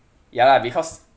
ya lah because